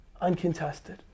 uncontested